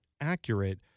accurate –